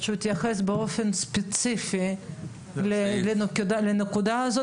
הוא יתייחס באופן ספציפי לנקודה הזאת